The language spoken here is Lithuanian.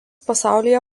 pasaulyje